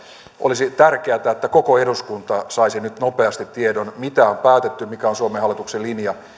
olisi tärkeätä että koko eduskunta saisi nyt nopeasti tiedon mitä on päätetty mikä on suomen hallituksen linja